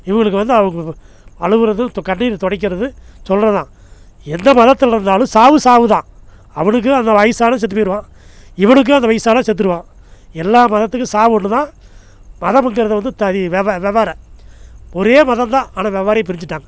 இவங்களுக்கு வந்து அவங்க அழுகுறதும் கண்ணீரை துடைக்கிறதும் சொல்கிறது தான் எந்த மதத்தில் இருந்தாலும் சாவு சாவு தான் அவனுக்கு அந்த வயசான செத்து போயிடுவான் இவனுக்கு அந்த வயசான செத்துடுவான் எல்லா மதத்துக்கும் சாவு ஒன்று தான் மதமுங்கிறத வந்து தாதி வெவ வெவ்வேறு ஒரே மதம் தான் ஆனால் வெவ்வேறையாக பிரிஞ்சுட்டாங்க